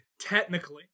Technically